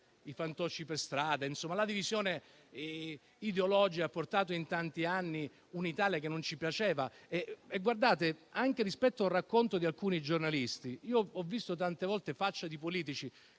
I fantocci per strada, la divisione ideologica, hanno portato in tanti anni a un'Italia che non ci piaceva. Mi riferisco anche al racconto di alcuni giornalisti. Ho visto tante volte facce di politici